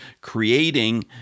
creating